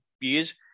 years